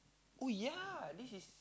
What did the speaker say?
oh ya this is